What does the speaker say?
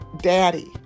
daddy